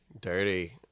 Dirty